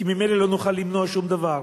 כי ממילא לא נוכל למנוע שום דבר,